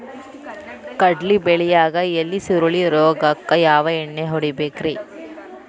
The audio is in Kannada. ಕಡ್ಲಿ ಬೆಳಿಯಾಗ ಎಲಿ ಸುರುಳಿ ರೋಗಕ್ಕ ಯಾವ ಎಣ್ಣಿ ಹೊಡಿಬೇಕ್ರೇ?